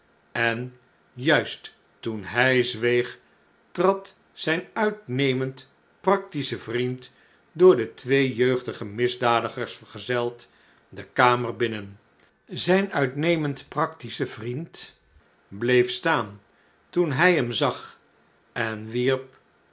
en juist toen hij zweeg trad zijn uitnemend practische vriend door de twee jeugdige misdadigers vergezeld de kamer binnen ztjn uitnemend practische vriend bleef staan toen hij hem zag en wierp